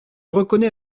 reconnais